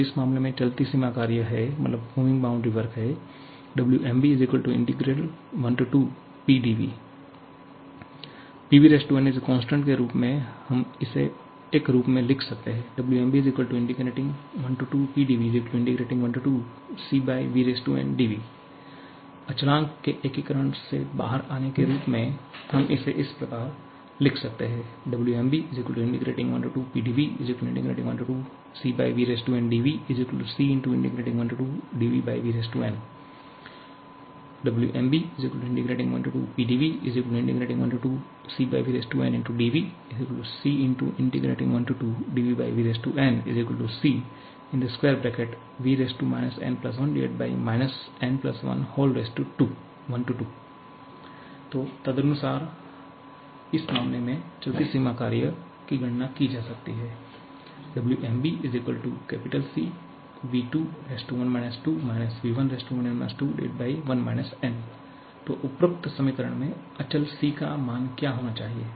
तो इस मामले में चलती सीमा कार्य है 𝑊𝑚𝑏 12𝑃𝑑𝑉 PVn constant के रूप में हम इसे एक रूप में लिख सकते हैं 𝑊𝑚𝑏 12𝑃𝑑𝑉12CVndV अचलआंक के एकीकरण से बाहर आने के रूप में हम इसे इस प्रकार लिख सकते हैं 𝑊𝑚𝑏 12𝑃𝑑𝑉12CVndVC12dVVn 𝑊𝑚𝑏 12𝑃𝑑𝑉12CVndVC12dVVnCV n 1 n12 1 तो तदनुसार इस मामले में चलती सीमा कार्य की गणना की जा सकती है 𝑊𝑚𝑏 CV21 n V11 n1 n तो उपरोक्त समीकरण में अचल C का मान क्या होना चाहिए